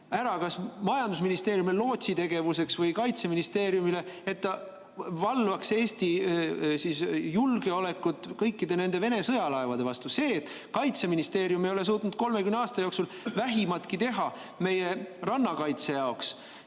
ära kas majandusministeeriumile lootsitegevuseks või Kaitseministeeriumile, et ta valvaks Eesti julgeolekut kõikide nende Vene sõjalaevade vastu. See, et Kaitseministeerium ei ole suutnud 30 aasta jooksul vähimatki teha meie rannakaitse jaoks